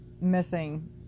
missing